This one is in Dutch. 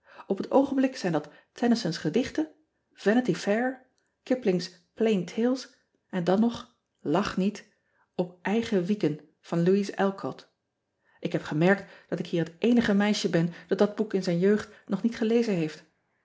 p het oogenblik zijn dat ennyson s gedichten anity air iplings lain ales en dan nog lach niet p eigen wieken van ouise lcott k heb gemerkt dat ik hier het eenige meisje ben dat dat boek in zijn jeugd nog niet gelezen heeft